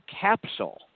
capsule